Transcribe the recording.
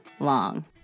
Long